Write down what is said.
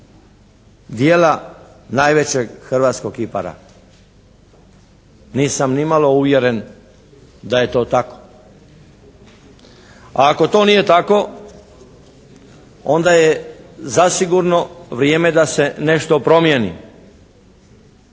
djela najvećeg hrvatskog kipara. Nisam nimalo uvjeren da je to tako. A ako to nije tako, onda je zasigurno vrijeme da se nešto promijeni.